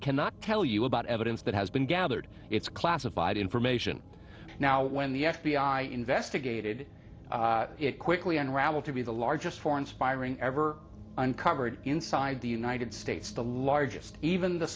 cannot tell you about evidence that has been gathered it's classified information now when the f b i investigated it quickly unraveled to be the largest foreign spy ring ever uncovered inside the united states the largest even the